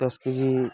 ଦଶ କେଜି